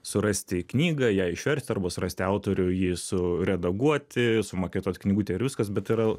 surasti knygą ją išversti arba surasti autorių jį su redaguoti sumaketuot knygutę ir viskas bet yra